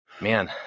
Man